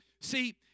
See